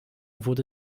wurde